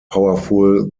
powerful